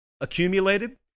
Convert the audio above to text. accumulated